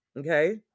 Okay